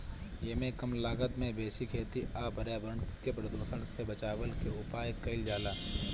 एमे कम लागत में बेसी खेती आ पर्यावरण के प्रदुषण से बचवला के उपाय कइल जाला